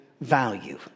value